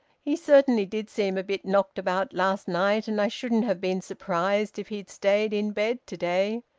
he certainly did seem a bit knocked about last night, and i shouldn't have been surprised if he'd stayed in bed to-day.